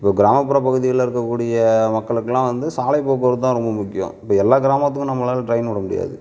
இப்போ கிராமப்புற பகுதிகளில் இருக்கக்கூடிய மக்களுக்கெல்லாம் வந்து சாலை போக்குவரத்து தான் ரொம்ப முக்கியம் இப்போ எல்லா கிராமத்துக்கும் நம்மளால் ட்ரெயின் விட முடியாது